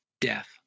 death